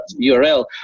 URL